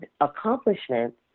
accomplishments